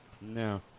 No